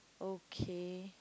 okay